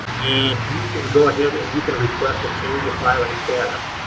and you can go ahead and you can request a change of filing status.